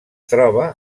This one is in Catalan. troba